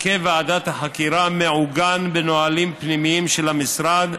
הרכב ועדת החקירה מעוגן בנהלים פנימיים של המשרד,